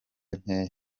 nkeya